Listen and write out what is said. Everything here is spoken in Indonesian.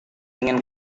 ingin